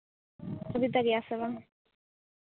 ᱥᱩᱵᱤᱫᱟ ᱜᱮᱭᱟ ᱥᱮ ᱵᱟᱝ